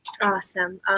Awesome